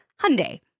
Hyundai